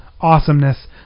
awesomeness